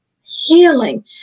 healing